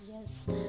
yes